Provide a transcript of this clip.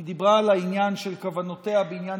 היא דיברה על העניין של כוונותיה בעניין